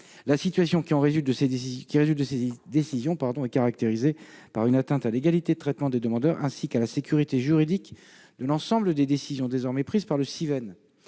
La situation qui résulte de ces décisions est caractérisée par une atteinte à l'égalité de traitement des demandeurs, ainsi qu'à la sécurité juridique de l'ensemble des décisions désormais prises par le Civen.